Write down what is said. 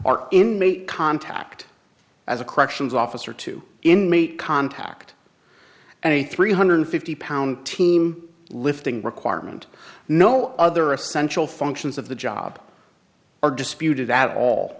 may contact as a corrections officer to inmate contact and a three hundred fifty pound team lifting requirement no other essential functions of the job are disputed at all